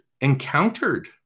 encountered